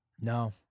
No